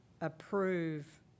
approve